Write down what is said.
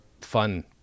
fun